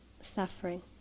suffering